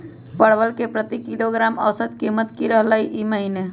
परवल के प्रति किलोग्राम औसत कीमत की रहलई र ई महीने?